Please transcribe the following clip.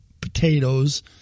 potatoes